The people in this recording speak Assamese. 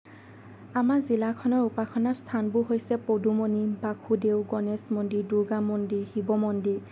আমাৰ জিলাখনৰ উপাসনা স্থানবোৰ হৈছে পদুমণি বাসুদেউ গণেশ মন্দিৰ দুৰ্গা মন্দিৰ শিৱ মন্দিৰ